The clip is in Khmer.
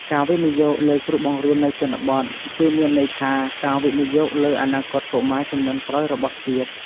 ការវិនិយោគលើគ្រូបង្រៀននៅជនបទ គឺមានន័យថាការវិនិយោគលើអនាគតកុមារជំនាន់ក្រោយរបស់ជាតិ។